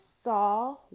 saw